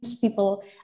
people